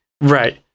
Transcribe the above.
right